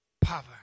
power